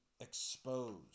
exposed